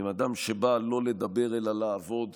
אדם שבא לא לדבר אלא לעבוד,